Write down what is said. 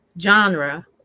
genre